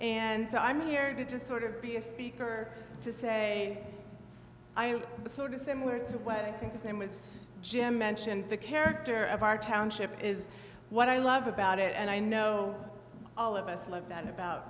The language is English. and so i'm here to just sort of be a speaker to say i am sort of similar to what i think of him was jim mentioned the character of our township is what i love about it and i know all of us love that about